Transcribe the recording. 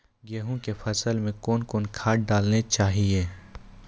गेहूँ के फसल मे कौन कौन खाद डालने चाहिए?